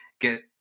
get